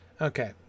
Okay